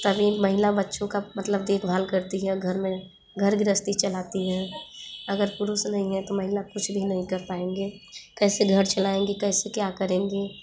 तभी महिला बच्चों का मतलब देख भाल करती हैं घर में घर गृहस्ती चलाती हैं अगर पुरुष नहीं हैं तो महिला कुछ भी नहीं कर पाएँगे कैसे घर चलाएँगी कैसे क्या करेंगी